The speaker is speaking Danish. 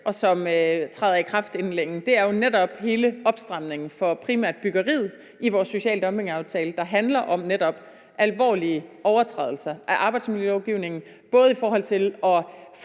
og som træder i kraft inden længe. Det er jo hele opstramningen for primært byggeriet i vores social dumping-aftale, der netop handler om alvorlige overtrædelser af arbejdsmiljølovgivningen, både i forhold til at